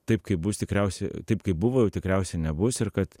taip kaip bus tikriausiai taip kaip buvo jau tikriausiai nebus ir kad